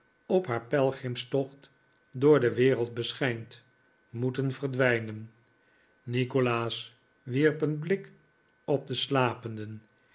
op haar pelgrimstocht door de wereld beschijnt moeten verdwijnen nikolaas wierp een blik op de slapenden